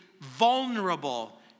vulnerable